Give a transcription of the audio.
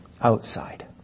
outside